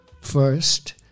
first